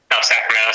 Sacramento